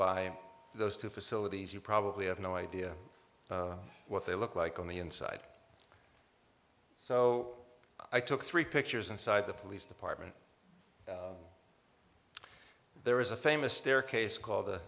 by those two facilities you probably have no idea what they look like on the inside so i took three pictures inside the police department there is a famous staircase call